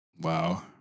Wow